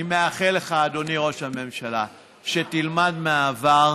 אני מאחל לך, אדוני ראש הממשלה, שתלמד מהעבר.